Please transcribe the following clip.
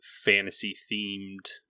fantasy-themed